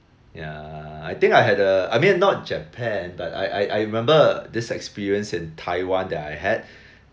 ya I think I had a I mean not japan but I I I remember this experience in taiwan that I had